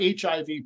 HIV